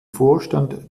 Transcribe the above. vorstand